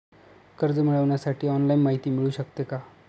कर्ज मिळविण्यासाठी ऑनलाईन माहिती मिळू शकते का?